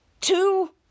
two